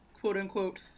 quote-unquote